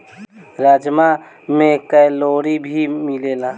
राजमा में कैलोरी भी मिलेला